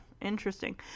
Interesting